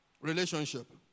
Relationship